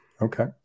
okay